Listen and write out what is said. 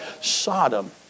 Sodom